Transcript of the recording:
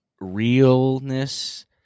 realness